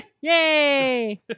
Yay